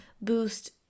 boost